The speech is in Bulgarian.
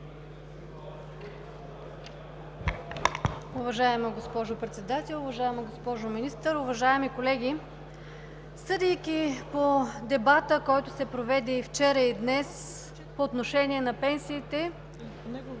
Уважаема госпожо Председател, уважаема госпожо Министър, уважаеми колеги! Съдейки по дебата, който се проведе вчера и днес – по отношение на пенсиите,